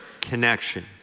connection